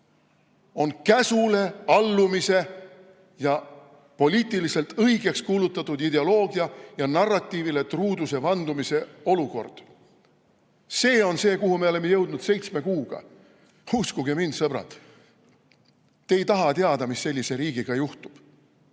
On käsule allumise ja poliitiliselt õigeks kuulutatud ideoloogia ja narratiivile truuduse vandumine olukord. See on see, kuhu me oleme jõudnud seitsme kuuga. Uskuge mind, sõbrad, te ei taha teada, mis sellise riigiga juhtub.